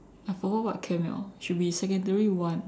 I forgot what camp eh should be secondary one